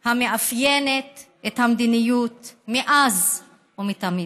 המאפיינת את המדיניות מאז ומתמיד.